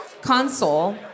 console